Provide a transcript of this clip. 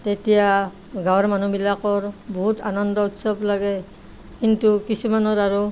তেতিয়া গাঁৱৰ মানুহবিলাকৰ বহুত আনন্দ উৎসৱ লাগে কিন্তু কিছুমানৰ আৰু